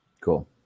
Cool